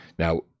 Now